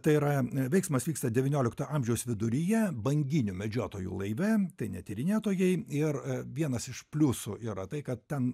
tai yra veiksmas vyksta devyniolikto amžiaus viduryje banginių medžiotojų laive tai ne tyrinėtojai ir vienas iš pliusų yra tai kad ten